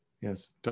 yes